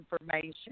information